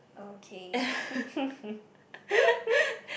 okay